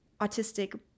autistic